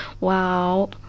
Wow